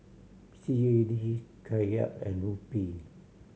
C A D Kyat and Rupee